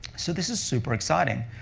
so this is super exciting.